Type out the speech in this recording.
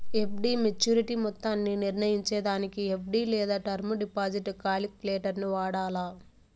FD maturity మొత్తాన్ని నిర్నయించేదానికి FD లేదా టర్మ్ డిపాజిట్ కాలిక్యులేటరును వాడాల